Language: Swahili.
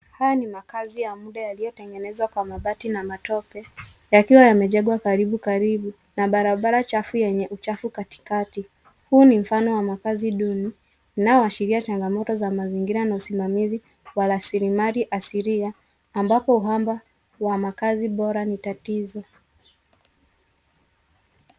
Haya ni makaazi ya muda yaliyotengenezwa kwa mabati na matope yakiwa yamejengwa karibu karibu na barabara chafu yenye uchafu katikati. Huu ni mfano wa makaazi duni unaoshiria changamoto za mazingira na usimamizi wa rasilimali asilia ambapo kwamba wa makaazi bora ni tatizo.